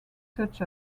such